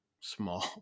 small